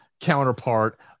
counterpart